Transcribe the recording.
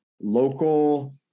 local